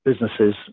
Businesses